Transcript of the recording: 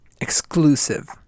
exclusive